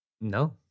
No